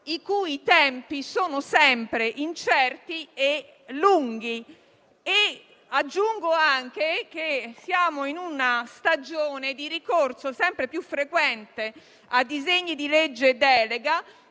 i cui tempi sono sempre incerti e lunghi. Aggiungo anche che siamo in una stagione che vede il ricorso sempre più frequente a disegni di legge delega,